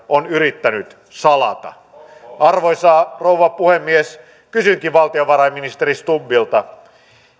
on yrittänyt salata arvoisa rouva puhemies kysynkin valtiovarainministeri stubbilta